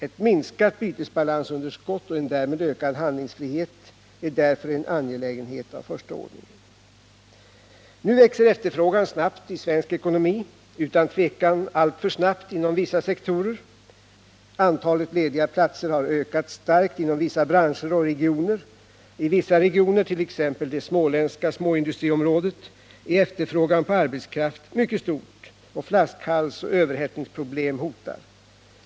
Ett minskat bytesbalansunderskott och en därmed ökad handlingsfrihet är därför en angelägenhet av första ordningen. Nu växer efterfrågan snabbt i svensk ekonomi, utan tvivel alltför snabbt inom vissa sektorer. Antalet lediga platser har ökat starkt inom vissa branscher och regioner. I vissa regioner, t.ex. det småländska småindustriområdet, är efterfrågan på arbetskraft mycket stor, och flaskhalsoch överhettningsproblem hotar.